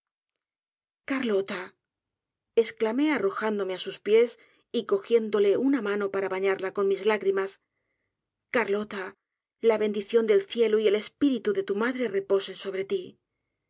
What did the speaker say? carlota esclamé arrojándome á sus pies y cogiéndole una mano para bañarla con mis lágrimas carlota la bendición del cielo y el espíritu de tu madre reposen sobre ti